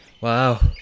Wow